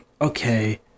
okay